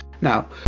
Now